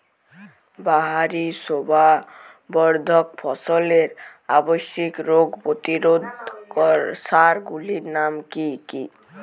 বাহারী শোভাবর্ধক ফসলের আবশ্যিক রোগ প্রতিরোধক সার গুলির নাম কি কি?